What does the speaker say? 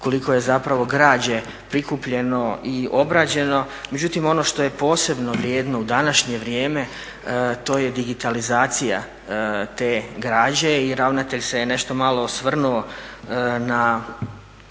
koliko je građe prikupljeno i obrađeno. Međutim ono što je posebno vrijedno u današnje vrijeme to je digitalizacija te građe i ravnatelj se je nešto malo osvrnuo na